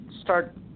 start